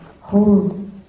hold